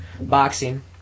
boxing